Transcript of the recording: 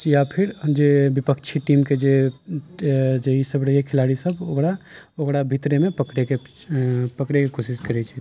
या फिर जे विपक्षी टीमके जे ई सब रहैया खिलाड़ी सब ओकरा ओकरा भीतरेमे पकड़ेके कोशिश करैत छै